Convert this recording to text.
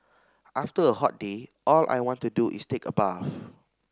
after a hot day all I want to do is take a bath